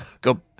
go